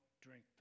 drink